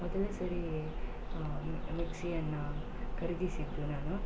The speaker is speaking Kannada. ಮೊದಲ ಸಾರಿ ಮಿಕ್ಸಿಯನ್ನು ಖರೀದಿಸಿದ್ದೆ ನಾನು